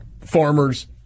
farmers